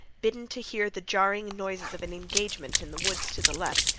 bidden to hear the jarring noises of an engagement in the woods to the left,